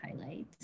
highlight